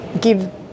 give